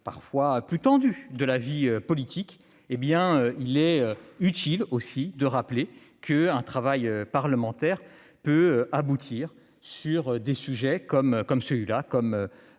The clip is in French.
phase plus tendue de la vie politique, il est utile de rappeler qu'un travail parlementaire peut aboutir, sur des sujets comme la